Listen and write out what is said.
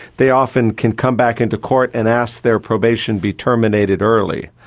they often can come back into court and ask their probation be terminated early.